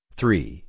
three